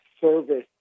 service